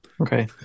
Okay